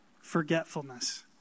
forgetfulness